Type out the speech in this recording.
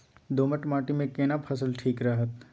दोमट माटी मे केना फसल ठीक रहत?